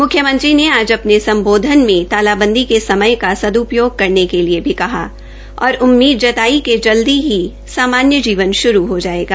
मुख्यमंत्री ने आज अपने संबोधन में तालाबंदी के समय का सद्रपयोग करने के लिए भी कहा और उम्मीद जताई कि जल्द ही सामान्य जीवन शुरू हो जायेगा